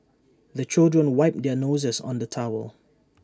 the children wipe their noses on the towel